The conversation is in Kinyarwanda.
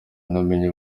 namenye